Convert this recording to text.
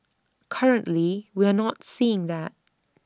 currently we are not seeing that